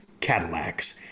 Cadillacs